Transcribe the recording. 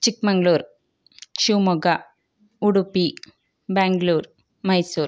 ಚಿಕ್ಕ ಮಂಗ್ಳೂರು ಶಿವಮೊಗ್ಗ ಉಡುಪಿ ಬೆಂಗ್ಳೂರ್ ಮೈಸೂರು